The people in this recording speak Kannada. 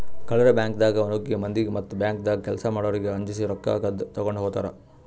ಕಳ್ಳರ್ ಬ್ಯಾಂಕ್ದಾಗ್ ನುಗ್ಗಿ ಮಂದಿಗ್ ಮತ್ತ್ ಬ್ಯಾಂಕ್ದಾಗ್ ಕೆಲ್ಸ್ ಮಾಡೋರಿಗ್ ಅಂಜಸಿ ರೊಕ್ಕ ಕದ್ದ್ ತಗೊಂಡ್ ಹೋತರ್